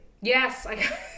Yes